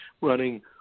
running